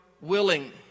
willing